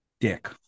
Dick